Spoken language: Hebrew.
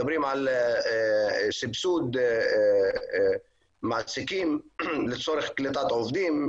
מדברים על סבסוד מעסיקים לצורך קליטת עובדים,